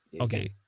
Okay